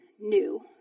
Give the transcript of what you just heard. new